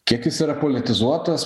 kiek jis yra politizuotas